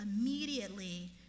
immediately